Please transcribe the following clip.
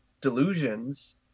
delusions